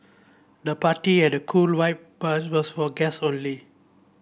the party had a cool vibe but was for guest only